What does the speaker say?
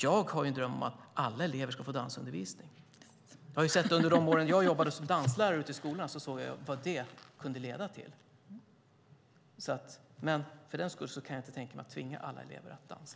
Jag har en dröm om att alla elever ska få dansundervisning. Under de år som jag jobbade som danslärare ute i skolorna såg jag vad det kunde leda till. Men för den sakens skull kan jag inte tänka mig att tvinga alla elever att dansa.